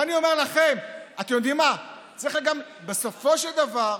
ואני אומר לכם, אתם יודעים מה, בסופו של דבר,